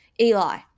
Eli